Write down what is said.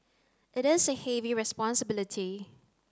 it is a heavy responsibility